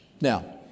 Now